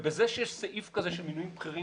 בזה שיש סעיף כזה של מינויים בכירים